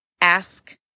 Ask